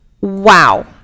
wow